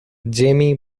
jamie